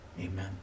Amen